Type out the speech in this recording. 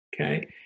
Okay